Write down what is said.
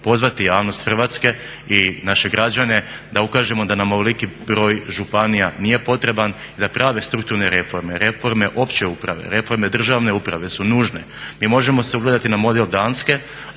pozvati javnost Hrvatske i naše građane da ukažemo da nam ovoliki broj županija nije potreban i da prave strukturne reforme, reforme opće uprave, reforme državne uprave su nužne. Mi možemo se ugledati na model Danske